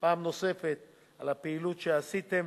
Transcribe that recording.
פעם נוספת על הפעילות שעשיתם